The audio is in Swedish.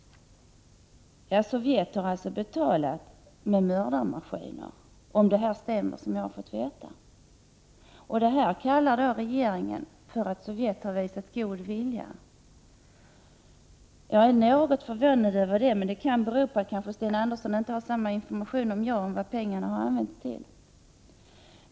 Ja, Sovjet har alltså betalat med mördarmaskiner, om det jag har fått veta stämmer. Det kalllar regeringen för att Sovjet har visat god vilja. Jag är något förvånad över det, men det kan bero på att Sten Andersson inte har samma information som jag om vad pengarna har använts till.